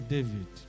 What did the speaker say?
David